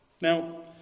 Now